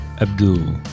Abdul